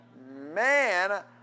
Man